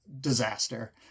disaster